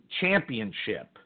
Championship